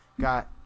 got